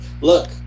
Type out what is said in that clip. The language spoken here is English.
look